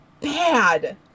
bad